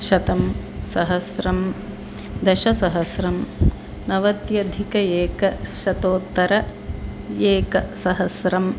शतं सहस्रं दशसहस्रं नवत्यधिकेकशतोत्तरेकसहस्रम्